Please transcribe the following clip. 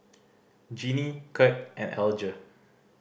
Genie Kurt and Alger